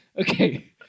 Okay